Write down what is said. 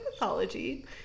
mythology